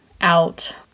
out